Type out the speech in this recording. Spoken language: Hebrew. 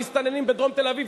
המסתננים בדרום תל-אביב?